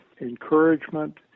encouragement